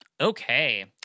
Okay